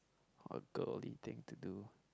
what a girly thing to do